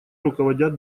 руководят